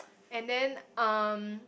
and then um